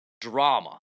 drama